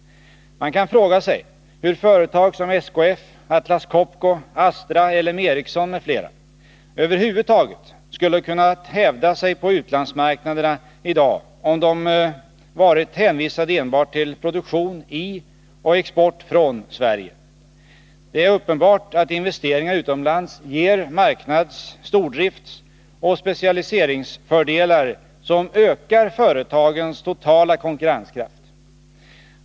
Man kan fråga sig hur företag som SKF, Atlas Copco, Astra, L M Ericsson m.fl. över huvud taget skulle ha kunnat hävda sig på utlandsmarknaderna i dag, om de hade varit hänvisade enbart till produktion i och export från Sverige. Det är uppenbart att investeringar utomlands ger marknads-, stordriftsoch specialiseringsfördelar som ökar företagens totala konkurrenskraft.